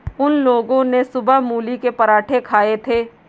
उन लोगो ने सुबह मूली के पराठे खाए थे